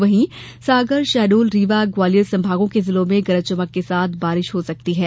वहीं सागर शहडोल रीवा ग्वालियर संभागों के जिलों में गरज चमक के साथ बारिश हो सकती है